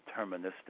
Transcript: deterministic